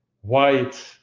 white